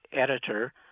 editor